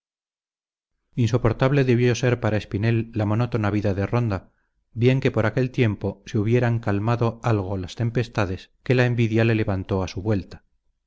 rúbrica insoportable debió ser para espinel la monótona vida de ronda bien que por aquel tiempo se hubieran calmado algo las tempestades que la envidia le